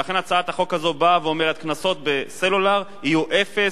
ולכן הצעת החוק הזאת באה ואומרת: הקנסות בסלולר יהיו אפס,